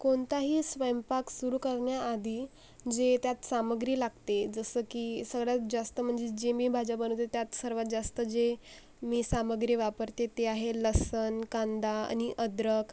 कोणताही स्वयंपाक सुरू करण्याआधी जे त्यात सामग्री लागते जसं की सगळ्यात जास्त म्हणजे जे मी भाज्या बनवते त्यात सर्वांत जास्त जे मी सामग्री वापरते ते आहे लसूण कांदा आणि अद्रक